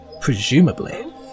Presumably